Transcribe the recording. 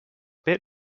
bit